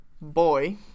boy